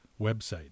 website